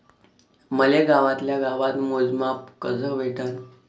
मले गावातल्या गावात मोजमाप कस भेटन?